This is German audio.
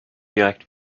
direkt